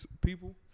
people